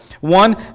One